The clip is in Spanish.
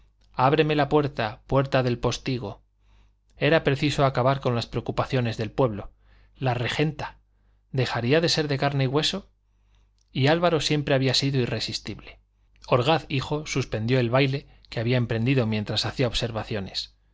ábreme la puerta puerta del postigo era preciso acabar con las preocupaciones del pueblo la regenta dejaría de ser de carne y hueso y álvaro siempre había sido irresistible orgaz hijo suspendió el baile que había emprendido mientras hacía observaciones